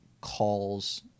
Calls